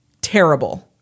Terrible